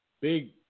big